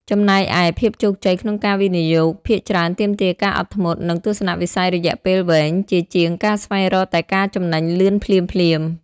ចំណែកឯ ភាពជោគជ័យក្នុងការវិនិយោគភាគច្រើនទាមទារការអត់ធ្មត់ និងទស្សនវិស័យរយៈពេលវែង ជាជាងការស្វែងរកតែការចំណេញលឿនភ្លាមៗ។